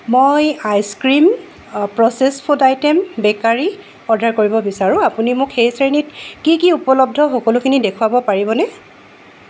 মই ice cream processed food item bakery order কৰিব বিচাৰোঁ আপুনি মোক সেই শ্ৰেণীত কি কি উপলব্ধ সকলোখিনি দেখুৱাব পাৰিবনে